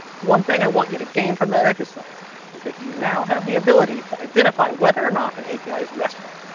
one thing i want you to gain from that exercise is that you now have the ability to identify whether, or not an api is restful,